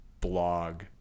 blog